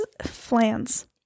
Flans